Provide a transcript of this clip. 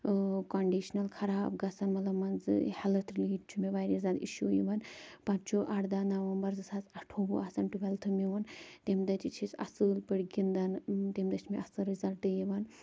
conditional خراب گژھان مطلب مان ژٕ ہیلٕتھ رٔلیٹِڈ چھُ مےٚ واریاہ زیادٕ اِشوٗ یِوان پَتہٕ چھُ اَرٕداہ نومبر زٕ ساس اَٹھووُہ آسان ٹُووٮ۪لتھٕ میٛون تَمہِ دۄہ تہِ چھِ أسۍ اَصٕل پٲٹھۍ گِنٛدان تَمہِ دۅہ چھِ مےٚ اصٕل رِزَلٹہٕ یِوان